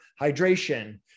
hydration